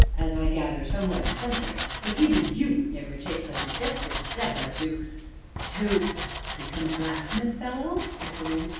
as i gather, somewhat eccentric, but even you would never take such a desperate step as to to become a blacksmith fellow? i put in.